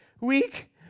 week